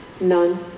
None